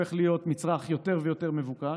הופך להיות מצרך יותר ויותר מבוקש.